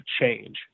change